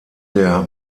der